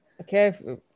okay